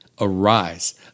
Arise